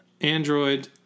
Android